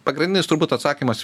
pagrindinis turbūt atsakymas